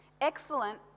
excellent